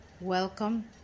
Welcome